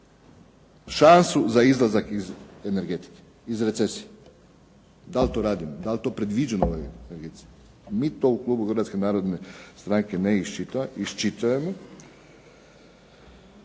šansu za izlazak iz energetike, iz recesije. Da li to radimo? Da li je to predviđeno u …/Govornik se ne razumije./… Mi to u klubu Hrvatske narodne stranke ne iščitujemo.